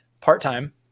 part-time